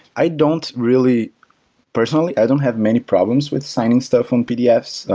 i don't really personally, i don't have many problems with signing stuff on pdfs,